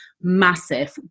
massive